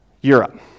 Europe